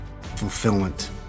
fulfillment